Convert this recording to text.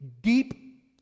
deep